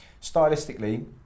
Stylistically